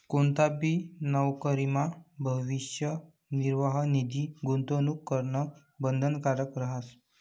कोणताबी नवकरीमा भविष्य निर्वाह निधी गूंतवणूक करणं बंधनकारक रहास